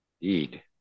Indeed